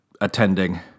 attending